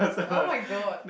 [oh]-my-god